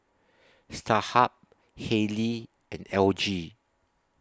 Starhub Haylee and L G